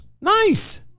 nice